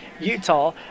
Utah